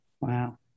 wow